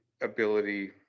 ability